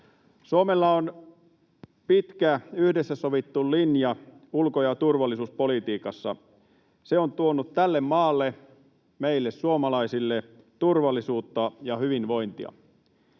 Suomella on pitkä, yhdessä sovittu linja ulko- ja turvallisuuspolitiikassa. Se on tuonut tälle maalle, meille suomalaisille, turvallisuutta ja hyvinvointia.